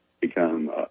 become